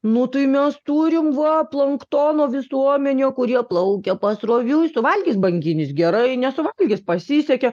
nu tai mes turim va planktono visuomenę kurie plaukia pasroviui suvalgys banginis gerai nesuvalgys pasisekė